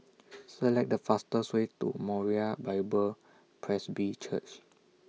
Select The fastest Way to Moriah Bible Presby Church